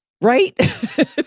Right